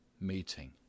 meeting